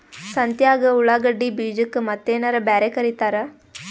ಸಂತ್ಯಾಗ ಉಳ್ಳಾಗಡ್ಡಿ ಬೀಜಕ್ಕ ಮತ್ತೇನರ ಬ್ಯಾರೆ ಕರಿತಾರ?